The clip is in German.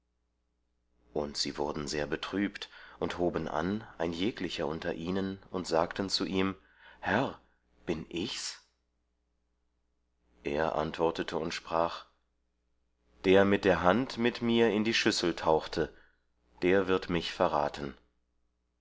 und sie wurden sehr betrübt und hoben an ein jeglicher unter ihnen und sagten zu ihm herr bin ich's er antwortete und sprach der mit der hand mit mir in die schüssel tauchte der wird mich verraten